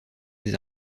des